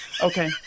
okay